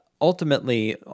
ultimately